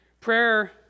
prayer